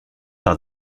par